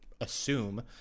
assume